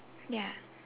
ya